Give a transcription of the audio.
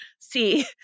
see